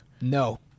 No